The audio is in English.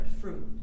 fruit